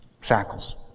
shackles